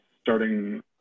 starting